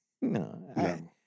No